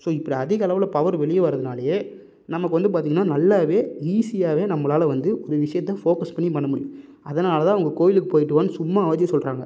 so இப்படி அதிக அளவில் பவர் வெளியே வரதுனாலயே நமக்கு வந்து பார்த்தீங்கன்னா நல்லாவே ஈஸியாகவே நம்பளால் வந்து ஒரு விஷயத்தை ஃபோக்கஸ் பண்ணியும் பண்ண முடியும் அதனால்தான் அவங்க கோயிலுக்கு போயிவிட்டு வான்னு சும்மாவாச்சும் சொல்லுறாங்க